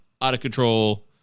out-of-control